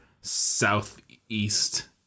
southeast